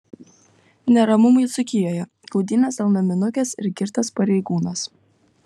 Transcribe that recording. neramumai dzūkijoje gaudynės dėl naminukės ir girtas pareigūnas